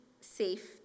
safe